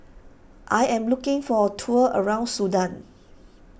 I am looking for a tour around Sudan